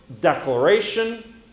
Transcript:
Declaration